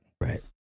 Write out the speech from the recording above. Right